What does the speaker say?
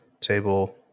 table